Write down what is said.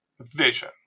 vision